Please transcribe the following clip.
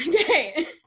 Okay